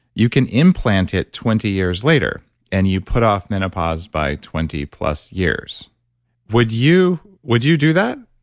you can implant it twenty years later and you put off menopause by twenty plus years would you would you do that?